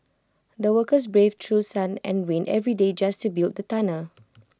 the workers braved through sun and rain every day just to build the tunnel